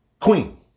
queen